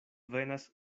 venas